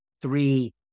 three